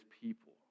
people